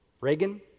Reagan